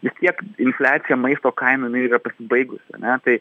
vis tiek infliacija maisto kainų jinai pasibaigusi ane tai